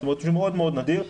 זה מאוד מאוד נדיר.